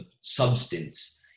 substance